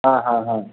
हाँ हाँ हाँ